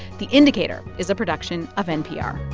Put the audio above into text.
the indicator is a production of npr